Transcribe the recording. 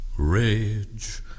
Rage